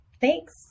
Thanks